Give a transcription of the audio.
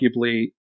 arguably